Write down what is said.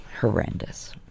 horrendous